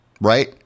right